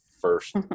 first